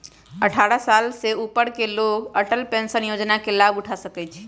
अट्ठारह साल से ऊपर के लोग अटल पेंशन योजना के लाभ उठा सका हई